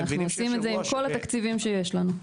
אבל אנחנו עושים את זה עם כל התקציבים שיש לנו.